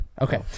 Okay